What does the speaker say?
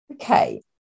Okay